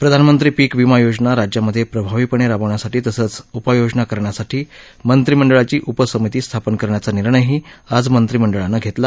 प्रधानमंत्री पीक विमा योजना राज्यामध्ये प्रभावीपणे राबवण्यासाठी तसंच उपाययोजना करण्यासाठी मंत्रिमंडळाची उपसमिती स्थापन करण्याचा निर्णयही आज मंत्रिमंडळानं घेतला